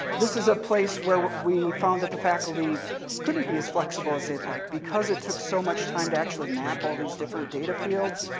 this is a place where we found that the faculty couldn't be as flexible as they'd like because it took so much time to actually map all these different data fields.